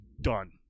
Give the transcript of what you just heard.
done